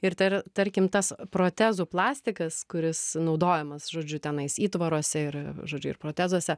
ir tai yra tarkim tas protezų plastikas kuris naudojamas žodžiu tenais įtvaruose ir žodžiu ir protezuose